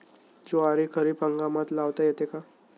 ज्वारी खरीप हंगामात लावता येते का?